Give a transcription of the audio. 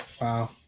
Wow